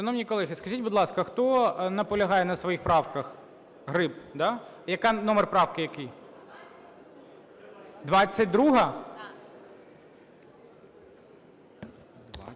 Шановні колеги, скажіть, будь ласка, хто наполягає на своїх правках? Гриб, да? Номер правки